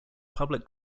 public